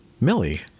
Millie